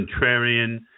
contrarian